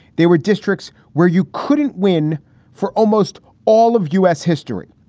they were districts where you couldn't win for almost all of u s. history.